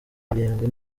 irindwi